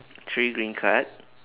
three green card